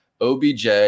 OBJ